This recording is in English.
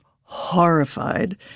horrified